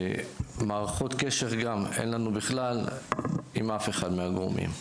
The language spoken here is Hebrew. מערכות קשר אין לנו בכלל עם אף אחד מהגורמים.